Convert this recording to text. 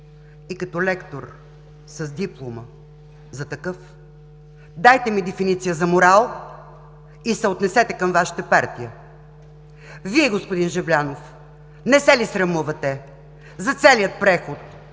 и като лектор с диплома за такъв, дайте ми дефиниция за морал и съотнесете към Вашата партия. Вие, господин Жаблянов, не се ли срамувате за целия преход,